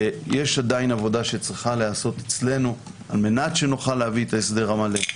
יש עדיין עבודה שצריכה להיעשות אצלנו על מנת שנוכל להביא את ההסדר המלא,